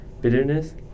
bitterness